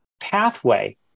pathway